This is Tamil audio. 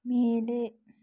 மேலே